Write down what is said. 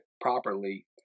properly